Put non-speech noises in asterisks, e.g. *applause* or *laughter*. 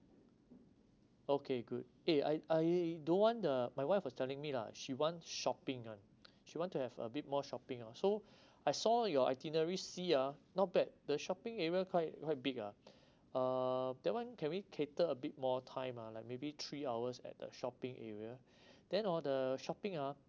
okay good eh I I don't want the my wife was telling me lah she want shopping ah she want to have a bit more shopping ah so I saw your itinerary C ya not bad the shopping area quite quite big ah *breath* uh that one can we cater a bit more time ah like maybe three hours at a shopping area *breath* then all the shopping ah